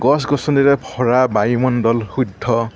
গছ গছনীৰে ভৰা বায়ুমণ্ডল শুদ্ধ